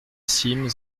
cîme